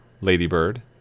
Ladybird